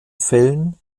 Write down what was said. fällen